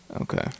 okay